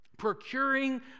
Procuring